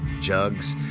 jugs